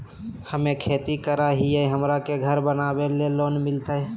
हमे खेती करई हियई, हमरा के घर बनावे ल लोन मिलतई?